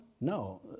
No